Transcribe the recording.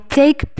take